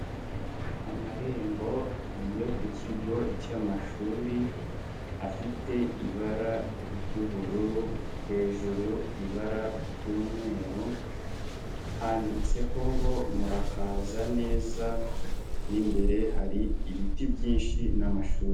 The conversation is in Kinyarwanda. Amarembo yo ku kigo cy'amashuri, afite ibara ry'ubururu, hejuru ibara ry'umweru, handitseho ngo murakaza neza, mo imbere hari ibiti byinshi n'amashuri.